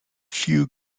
few